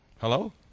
Hello